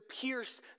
pierce